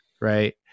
right